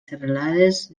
serralades